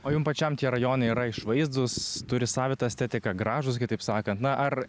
o jum pačiam tie rajonai yra išvaizdūs turi savitą estetiką gražūs kitaip sakant na ar